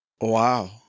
wow